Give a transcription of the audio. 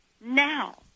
now